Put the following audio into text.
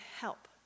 help